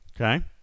okay